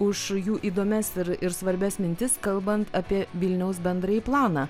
už jų įdomias ir ir svarbias mintis kalbant apie vilniaus bendrąjį planą